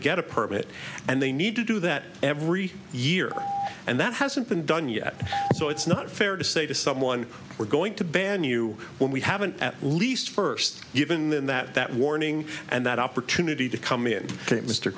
get a permit and they need to do that every year and that hasn't been done yet so it's not fair to say to someone we're going to ban you when we haven't at least first given that that warning and that opportunity to come in mr